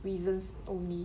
reasons only